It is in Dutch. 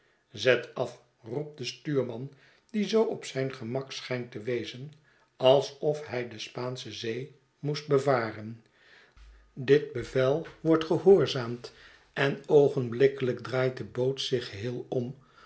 zet af i roept de stuurman die zoo op zijn gemak schijnt te wezen alsof hij de spaansche zee moest bevaren dit bevel wordt gehoorzaamd en oogenblikkelijk draait de boot zich geheel om